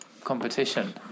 competition